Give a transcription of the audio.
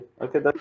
Okay